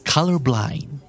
Colorblind